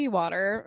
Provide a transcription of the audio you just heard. water